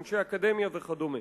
אנשי אקדמיה וכדומה.